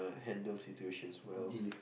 handle situations well